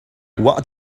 what